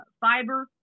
Fiber